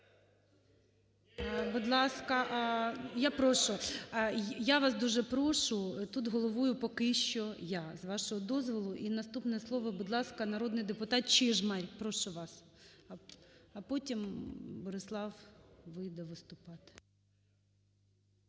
Будь ласка, я прошу, я вас дуже прошу, тут головою поки що я, з вашого дозволу. І наступне слово, будь ласка, народний депутат Чижмарь, прошу вас. А потім Борислав вийде виступати.